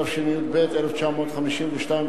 התשי"ב 1952,